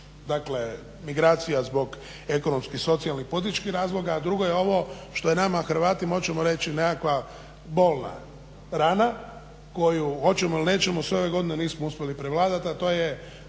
je migracija zbog ekonomskih, socijalnih i političkih razloga, a druga je ovo što je nama Hrvatima hoćemo reći nekakva bolna rana koju hoćemo ili nećemo sve ove godine nismo uspjeli prevladati, a to je